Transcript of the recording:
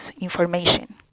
information